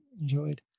enjoyed